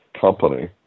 company